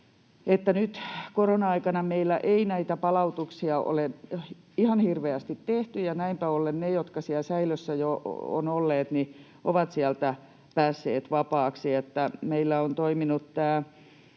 uutisoitiin — meillä ei näitä palautuksia ole ihan hirveästi tehty, ja näinpä ollen ne, jotka siellä säilössä jo ovat olleet, ovat sieltä päässeet vapaaksi. Meillä on vienti